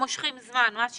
מושכים זמן ומה שירוויחו,